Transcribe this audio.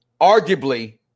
arguably